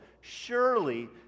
Surely